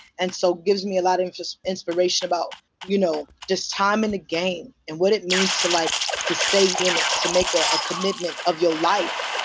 and so gives me a lot and of inspiration about you know, just time in the game. and what it means to like to stay in it. to make ah a commitment of your life.